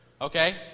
Okay